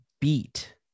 beat